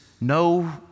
no